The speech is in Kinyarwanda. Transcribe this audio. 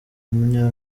munya